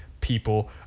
people